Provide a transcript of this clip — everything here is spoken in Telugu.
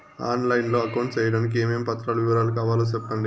ఆన్ లైను లో అకౌంట్ సేయడానికి ఏమేమి పత్రాల వివరాలు కావాలో సెప్పండి?